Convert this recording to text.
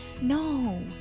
no